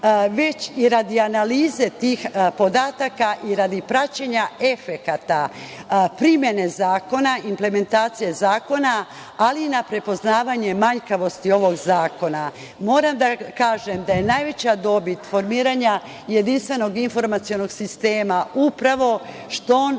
već i analize tih podataka radi praćenja efekata primene zakona i implementacije zakona, ali i na prepoznavanju manjkavosti ovog zakona. Moram da kažem da je najveća dobit formiranja jedinstvenog informacionog sistema, upravo što on